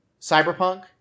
Cyberpunk